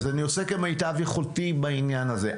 אז אני עושה כמיטב יכולתי בעניין הזה.